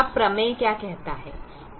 अब प्रमेय क्या कहता है